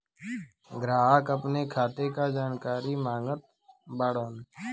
ग्राहक अपने खाते का जानकारी मागत बाणन?